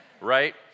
right